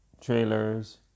trailers